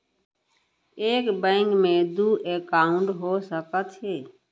एक बैंक में दू एकाउंट हो सकत हे?